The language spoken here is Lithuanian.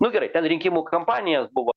nu gerai ten rinkimų kampanija buvo